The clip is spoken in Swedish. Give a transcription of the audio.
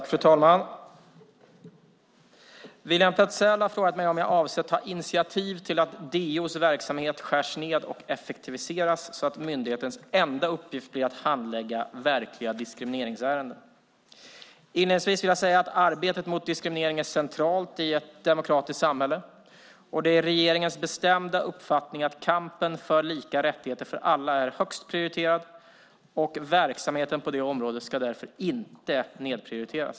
Fru talman! William Petzäll har frågat mig om jag avser att ta initiativ till att DO:s verksamhet skärs ned och effektiviseras så att myndighetens enda uppgift blir att handlägga verkliga diskrimineringsärenden. Inledningsvis vill jag säga att arbetet mot diskriminering är centralt i ett demokratiskt samhälle. Det är regeringens bestämda uppfattning att kampen för lika rättigheter för alla är högst prioriterad, och verksamheten på det området ska därför inte nedprioriteras.